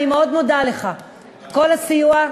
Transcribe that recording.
אני מאוד מודה לך על כל הסיוע,